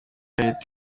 leta